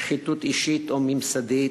שחיתות אישית או ממסדית,